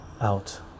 out